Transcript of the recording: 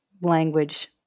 language